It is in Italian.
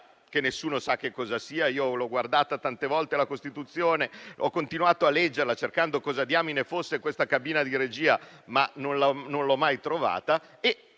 (che nessuno sa cosa sia, io ho guardato tante volte la Costituzione e ho continuato a leggerla, cercando cosa diamine fosse questa cabina di regia, ma non l'ho mai trovata)